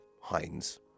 Heinz